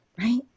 Right